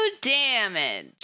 damage